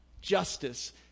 Justice